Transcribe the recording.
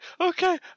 okay